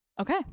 okay